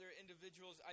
individuals